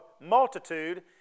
multitude